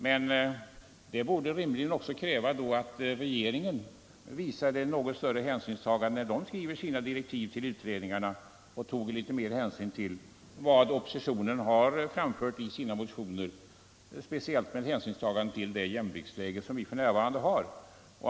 Men det borde då rimligen också krävas att regeringen visar större hänsyn när den skriver sina direktiv till utredningarna och tar litet mera hänsyn till vad oppositionen framfört i sina motioner, speciellt med hänsyn till det jämviktsläge som vi för närvarande har.